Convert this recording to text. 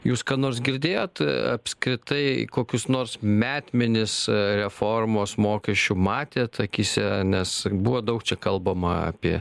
jūs ką nors girdėjot apskritai kokius nors metmenis reformos mokesčių matėt akyse nes buvo daug čia kalbama apie